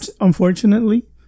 Unfortunately